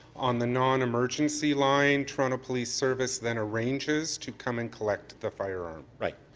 on the non-emergency line. toronto police service then arranges to come and collect the firearm. right.